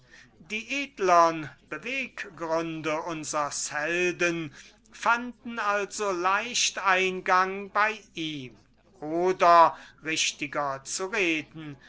die edlern beweggründe unsers helden fanden also leicht eingang bei ihm oder richtiger zu reden